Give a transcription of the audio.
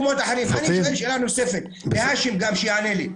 בתוכנית ההעצמה שאמורה לתת מענה ותשובות לפתרון הבעיות של החברה